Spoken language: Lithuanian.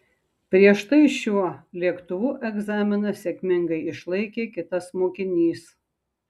prieš tai šiuo lėktuvu egzaminą sėkmingai išlaikė kitas mokinys